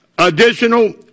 Additional